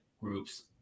groups